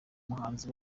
muhanzi